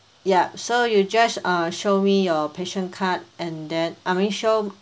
ya so you just uh show me your Passion card and then uh I mean show